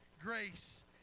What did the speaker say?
grace